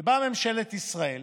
באה ממשלת ישראל